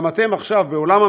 גם אתם עכשיו באולם המליאה,